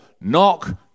knock